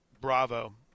Bravo